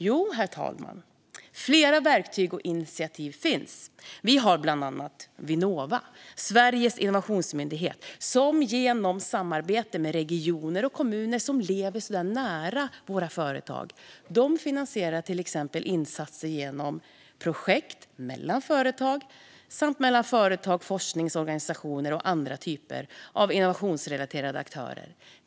Jo, herr talman, flera verktyg och initiativ finns. Vi har bland annat Vinnova, Sveriges innovationsmyndighet, som genom samarbete med regioner och kommuner som lever nära våra företag finansierar till exempel insatser genom projekt mellan företag samt mellan företag, forskningsorganisationer och andra typer av innovationsrelaterade aktörer.